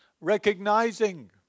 recognizing